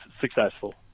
successful